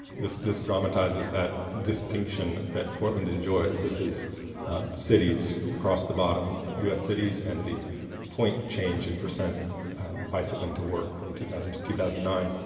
this this dramatizes that distinction that portland enjoys. this is cities across the bottom, u s. cities and the point change in percent bicycling to work from two thousand to two thousand and nine.